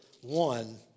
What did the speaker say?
one